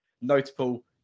notable